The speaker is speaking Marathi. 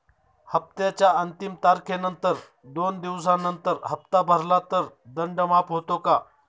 हप्त्याच्या अंतिम तारखेनंतर दोन दिवसानंतर हप्ता भरला तर दंड माफ होतो का?